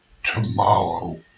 tomorrow